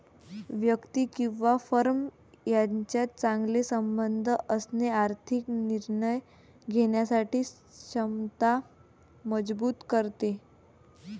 व्यक्ती किंवा फर्म यांच्यात चांगले संबंध असणे आर्थिक निर्णय घेण्याची क्षमता मजबूत करते